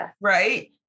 right